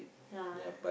ya